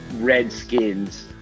Redskins